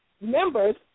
members